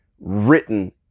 written